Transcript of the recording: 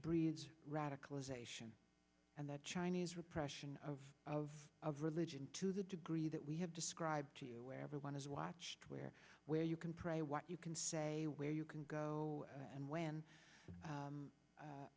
breeds radicalization and that chinese repression of of of religion to the degree that we have described to you where everyone is watched where where you can pray what you can say where you can go and when